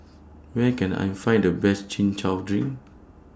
Where Can I Find The Best Chin Chow Drink